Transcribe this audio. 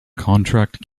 contract